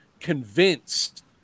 convinced